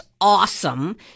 awesome